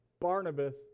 Barnabas